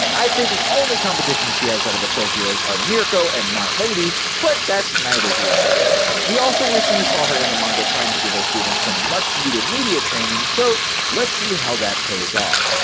i'd say the only competition she has out of the pro heroes are miruko and mt. lady, but that's neither here nor there. we recently saw her in the manga trying to give our students some much needed media training, so let's see how that pays off!